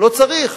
לא צריך.